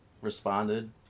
responded